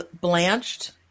blanched